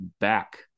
back